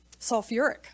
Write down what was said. sulfuric